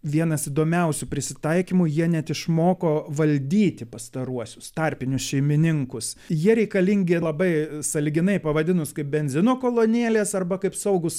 vienas įdomiausių prisitaikymų jie net išmoko valdyti pastaruosius tarpinius šeimininkus jie reikalingi labai sąlyginai pavadinus kaip benzino kolonėlės arba kaip saugūs